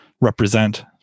represent